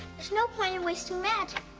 there's no point in wasting magic.